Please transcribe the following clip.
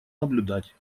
наблюдать